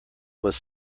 was